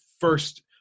first